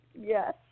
Yes